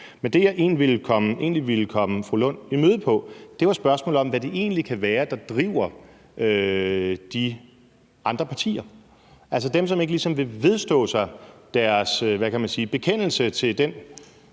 Men der, hvor jeg egentlig ville komme fru Rosa Lund i møde, var i spørgsmålet om, hvad det egentlig kan være, der driver de andre partier, altså dem, som ikke ligesom vil vedstå sig deres, hvad kan man sige, bekendelse til den